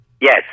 Yes